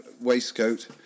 waistcoat